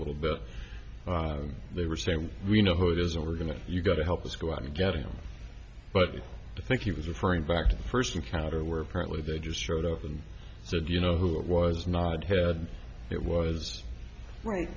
little bit they were saying we know who it is are going to you got to help us go out to get him but you think he was referring back to the first encounter where apparently they just showed up and said you know who it was not head it was right